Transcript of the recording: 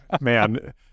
Man